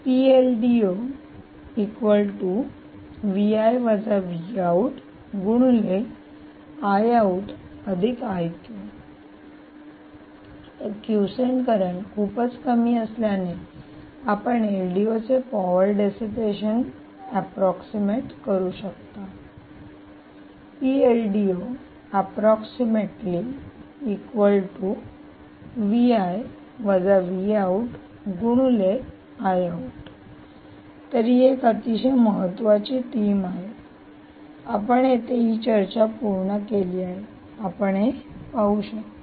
तर quiescent current खूपच कमी असल्याने आपण एलडीओ चे पॉवर डेसीपेशन अप्रॉक्सीमेट करू शकता तर ही एक अतिशय महत्वाची थीम आहे आपण येथे ही चर्चा पूर्ण केली आहे आपण हे पाहू शकता